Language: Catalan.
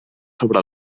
sobre